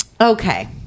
okay